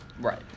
Right